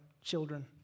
children